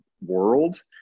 world